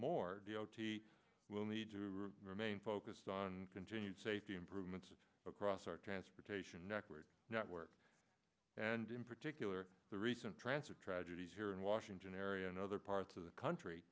more d o t will need to remain focused on continued safety improvements across our transportation network network and in particular the recent tranche of tragedies here in washington area and other parts of the country